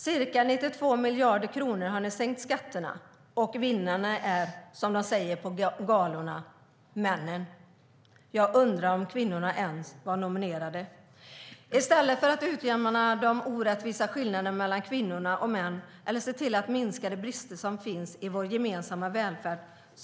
Ca 92 miljarder kronor har regeringen sänkt skatterna med, och vinnarna är - som de säger på galorna - männen. Jag undrar om kvinnorna ens var nominerade. I stället borde man utjämna de orättvisa skillnaderna mellan kvinnor och män och se till att minska de brister som finns i vår gemensamma välfärd.